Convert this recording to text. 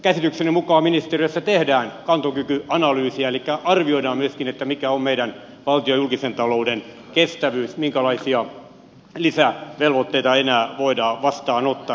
käsitykseni mukaan ministeriössä tehdään kantokykyanalyysiä elikkä arvioidaan myöskin mikä on meidän valtion ja julkisen talouden kestävyys minkälaisia lisävelvoitteita enää voidaan vastaanottaa